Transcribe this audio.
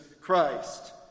Christ